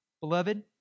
Beloved